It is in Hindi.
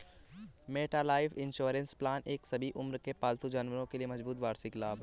मेटलाइफ इंश्योरेंस प्लान एक सभी उम्र के पालतू जानवरों के लिए मजबूत वार्षिक लाभ है